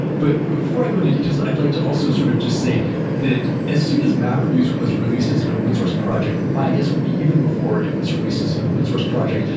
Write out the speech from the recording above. but before i go into details, i'd like to also sort of just say that as soon as mapreduce was released as an open source project and my guess would be even before it was released as an open source project,